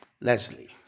Leslie